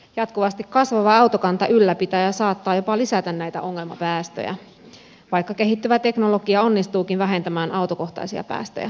jatkuvasti kasvava autokanta ylläpitää ja saattaa jopa lisätä näitä ongelmapäästöjä vaikka kehittyvä teknologia onnistuukin vähentämään autokohtaisia päästöjä